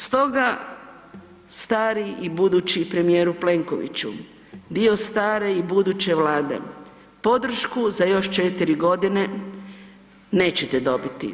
Stoga, stari i budući premijeru Plenkoviću, dio stare i buduće Vlade podršku za još 4 godine nećete dobit.